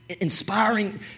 inspiring